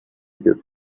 your